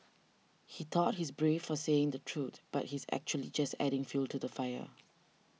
he thought he's brave for saying the truth but he's actually just adding fuel to the fire